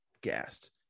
gassed